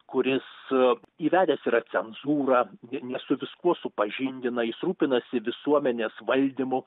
kuris įvedęs yra cenzūrą vi ne su viskuo supažindina ji rūpinasi visuomenės valdymu